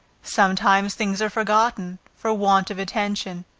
sometimes things are forgotten, for want of attention,